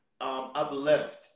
uplift